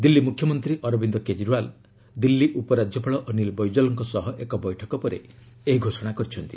ଦିଲ୍ଲୀ ମୁଖ୍ୟମନ୍ତ୍ରୀ ଅରବିନ୍ଦ କେଜରିଓ୍ୱାଲ ଦିଲ୍ଲୀ ଉପରାଜ୍ୟପାଳ ଅନୀଲ ବୈଜଲଙ୍କ ସହ ଏକ ବୈଠକ ପରେ ଏହି ଘୋଷଣା କରିଛନ୍ତି